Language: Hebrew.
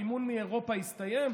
המימון מאירופה הסתיים?